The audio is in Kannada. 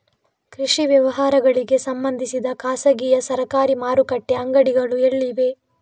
ಕೃಷಿ ವ್ಯವಹಾರಗಳಿಗೆ ಸಂಬಂಧಿಸಿದ ಖಾಸಗಿಯಾ ಸರಕಾರಿ ಮಾರುಕಟ್ಟೆ ಅಂಗಡಿಗಳು ಎಲ್ಲಿವೆ?